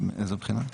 מאיזו בחינה?